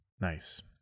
Nice